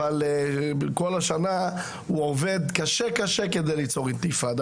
אבל כל השנה הוא עובד קשה קשה כדי ליצור אינתיפאדה.